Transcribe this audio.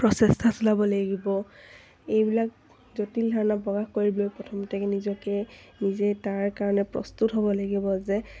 প্ৰচেষ্টা চলাব লাগিব এইবিলাক জটিল ধাৰণা প্ৰকাশ কৰিবলৈ প্ৰথমতে নিজকে নিজে তাৰ কাৰণে প্ৰস্তুত হ'ব লাগিব যে